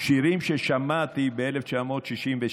שירים ששמעתי ב-1963-1962.